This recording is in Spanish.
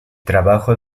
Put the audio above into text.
trabajo